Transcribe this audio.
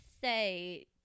say